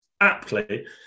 aptly